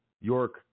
York